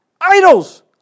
idols